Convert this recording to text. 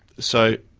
so,